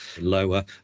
lower